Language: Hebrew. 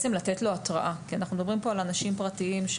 אנחנו מדברים על אנשים פרטיים,